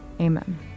Amen